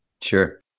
Sure